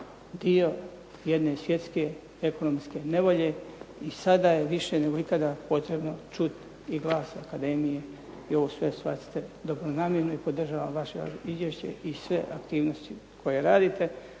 dio jedne svjetske ekonomske nevolje i sada je više nego ikada potrebno čuti i glas akademije. I ovo sve shvatite dobronamjerno i podržavam vaše izvješće i sve aktivnosti koje radite,